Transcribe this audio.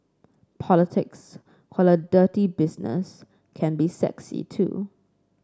politics a dirty business can be sexy too